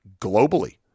globally